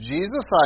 Jesus